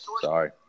sorry